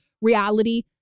reality